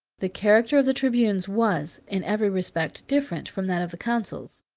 the character of the tribunes was, in every respect, different from that of the consuls.